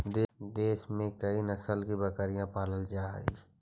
देश में कई नस्ल की बकरियाँ पालल जा हई